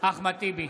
אחמד טיבי,